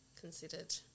considered